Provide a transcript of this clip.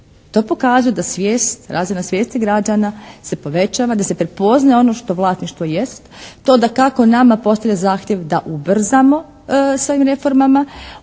To pokazuje da svijest, razina svijesti građana se povećava, da se prepoznaje ono što vlasništvo jest, to dakako nama postavlja zahtjev da ubrzamo sa ovim reformama,